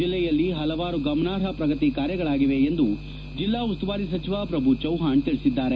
ಜಿಲ್ಲೆಯಲ್ಲಿ ಪಲವಾರು ಗಮನಾರ್ಹ ಪ್ರಗತಿ ಕಾರ್ಯಗಳಾಗಿವೆ ಎಂದು ಜಿಲ್ಲಾ ಉಸ್ತುವಾರಿ ಸಚಿವ ಶ್ರಭು ಚವ್ನಾಣ್ ತಿಳಿಸಿದ್ದಾರೆ